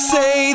say